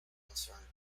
concerned